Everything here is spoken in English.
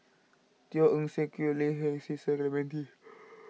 Teo Eng Seng Quek Ling Cecil Clementi